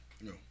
No